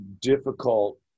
difficult